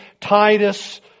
Titus